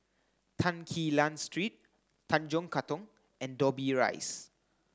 Tan Quee Lan Street Tanjong Katong and Dobbie Rise